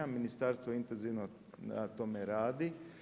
Ministarstvo intenzivno na tome radi.